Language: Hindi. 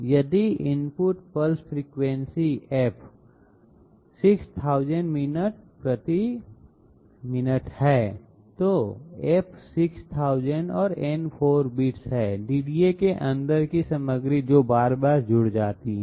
यदि input pulse frequency f 6000 minute प्रति मिनट है तो f 6000 और n 4 बिट्स है DDA के अंदर की सामग्री जो बार बार जुड़ जाती है